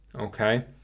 Okay